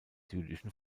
jüdischen